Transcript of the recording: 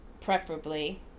preferably